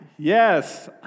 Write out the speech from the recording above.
Yes